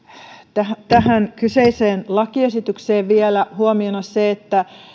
tähän tähän kyseiseen lakiesitykseen vielä huomiona se että